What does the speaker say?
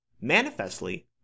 Manifestly